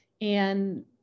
And-